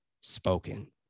Spoken